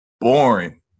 boring